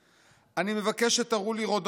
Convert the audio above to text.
אני מבקש שתראו לי רודנות אחת,